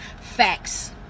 facts